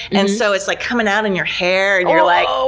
and so it's, like, coming out in your hair, and you're like